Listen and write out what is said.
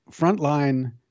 frontline